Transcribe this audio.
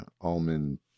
almond